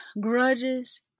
grudges